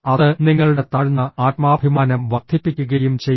അത് നിങ്ങളുടെ താഴ്ന്ന ആത്മാഭിമാനം വർദ്ധിപ്പിക്കുകയും ചെയ്യും